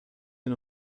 hin